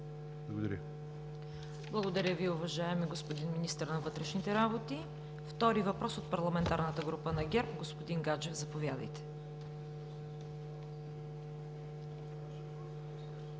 Благодаря Ви, уважаеми господин Министър на вътрешните работи. Втори въпрос от Парламентарната група на ГЕРБ – господин Гаджев, заповядайте.